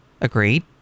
Agreed